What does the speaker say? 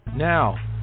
Now